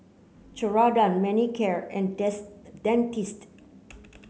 Ceradan Manicare and Dentiste